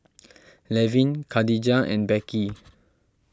Levin Khadijah and Becky